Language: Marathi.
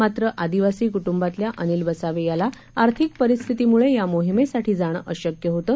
मात्र आदिवासी कुटुंबातल्या अनिल वसावे याला आर्थिक परिस्थीतीमुळे या मोहीमेसाठी जाणं अशक्य होतं